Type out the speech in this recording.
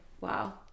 wow